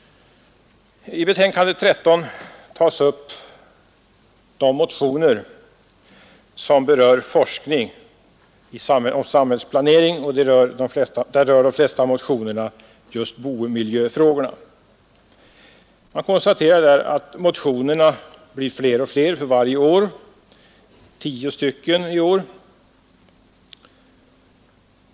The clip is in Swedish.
I betänkandet nr 13 tar man upp de motioner som berör forskning om samhällsplanering, och de flesta av dessa motioner gäller just boendemiljöfrågorna. Man konstaterar att motionerna blir fler och fler för varje år — det är tio motioner i år.